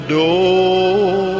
door